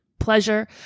pleasure